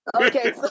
Okay